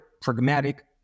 pragmatic